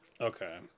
Okay